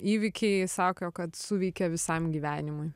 įvykiai sako kad suveikia visam gyvenimui